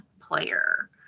player